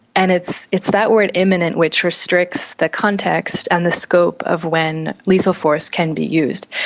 and it's it's that word imminent which restricts the context and the scope of when lethal force can be used.